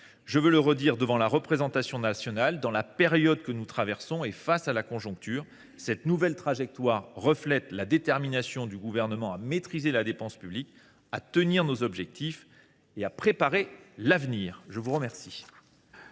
une fois encore devant la représentation nationale : dans la période que nous traversons et face à la conjoncture, cette nouvelle trajectoire reflète la détermination du Gouvernement à maîtriser la dépense publique, à tenir nos objectifs et à préparer l’avenir. La parole